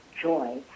joy